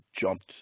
jumped